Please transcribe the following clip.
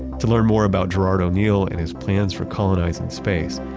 to learn more about gerard o'neill and his plans for colonizing space,